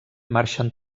marxen